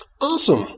Awesome